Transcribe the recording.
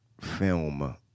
film